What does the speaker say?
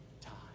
time